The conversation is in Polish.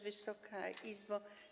Wysoka Izbo!